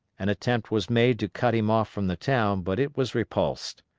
an attempt was made to cut him off from the town, but it was repulsed.